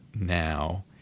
now